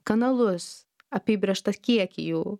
kanalus apibrėžtą kiekį jų